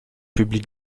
publie